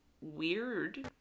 weird